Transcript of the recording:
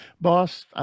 boss